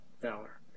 Valor